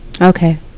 Okay